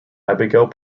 abigail